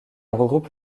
regroupe